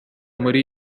muri